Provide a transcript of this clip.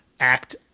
act